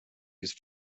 use